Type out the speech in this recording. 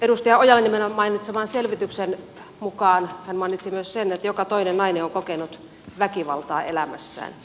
edustaja ojala niemelän mainitseman selvityksen mukaan hän mainitsi myös sen joka toinen nainen on kokenut väkivaltaa elämässään